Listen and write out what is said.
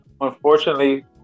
unfortunately